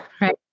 Right